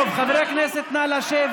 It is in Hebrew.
טוב, חברי הכנסת, נא לשבת.